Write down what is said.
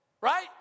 Right